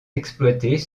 exploitées